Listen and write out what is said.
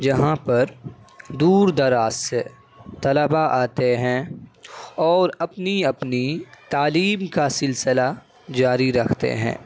جہاں پر دور دراز سے طلبہ آتے ہیں اور اپنی اپنی تعلیم کا سلسلہ جاری رکھتے ہیں